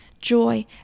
joy